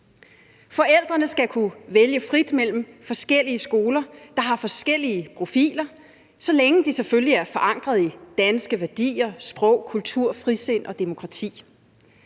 Forældrene skal kunne vælge frit mellem forskellige skoler, der har forskellige profiler, så længe de selvfølgelig er forankret i danske værdier, sprog, kultur, frisind og demokrati.